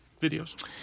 videos